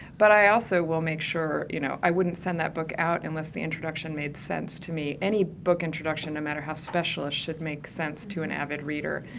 but i also will make sure, you know, i wouldn't send that book out unless the introduction made sense to me. any book introduction, no matter how special, it should make sense to an avid reader.